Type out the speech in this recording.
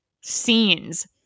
scenes